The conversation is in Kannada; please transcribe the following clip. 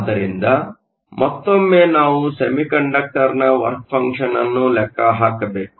ಆದ್ದರಿಂದ ಮತ್ತೊಮ್ಮೆ ನಾವು ಸೆಮಿಕಂಡಕ್ಟರ್ನ ವರ್ಕ್ ಫಂಕ್ಷನ್ ಅನ್ನು ಲೆಕ್ಕ ಹಾಕಬೇಕು